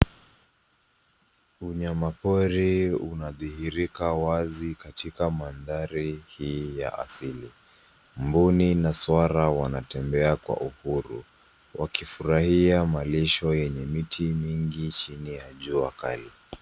Unyama pori unadhihirika wazi katika mandhari hii ya asili. Mbuni na swara wanatembea kwa uhuru wakifurahia malisho yenye miti mingi chini ya jua kali.